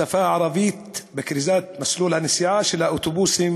הערבית בכריזה במסלול הנסיעה של האוטובוסים